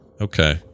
Okay